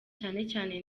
cyane